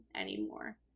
anymore